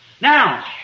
Now